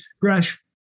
Gresh